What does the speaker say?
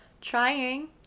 trying